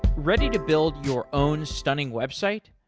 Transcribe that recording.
ready to build your own stunning website?